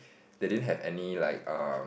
they didn't have any like um